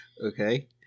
Okay